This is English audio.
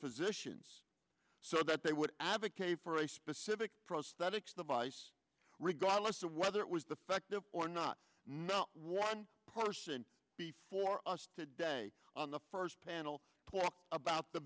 physicians so that they would advocate for a specific prosthetics device regardless of whether it was the fact of or not no one person before us today on the first panel point about the